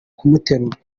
kumuterura